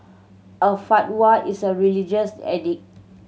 a fatwa is a religious edict